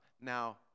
Now